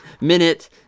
Minute